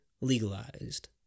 legalized